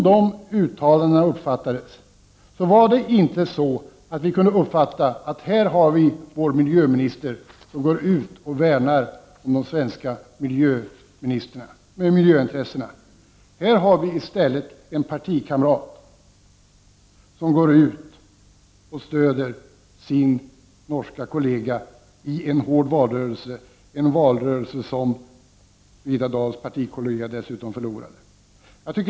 De uttalandena gjorde att vi i Sverige inte kunde uppfatta att vår miljöminister går ut och värnar om de svenska miljöintressena. Här är det i stället en partikamrat som går ut och stöder sin norska kollega i en hård valrörelse — en valrörelse som Birgitta Dahls partikollega dessutom förlorade.